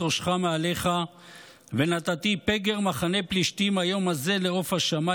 ראשך מעליך ונתתי פגר מחנה פלשתים היום הזה לְעוֹף השמים